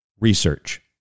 Research